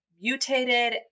mutated